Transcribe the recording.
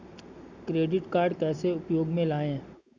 Credit card कैसे उपयोग में लाएँ?